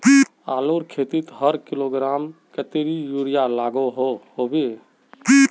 आलूर खेतीत हर किलोग्राम कतेरी यूरिया लागोहो होबे?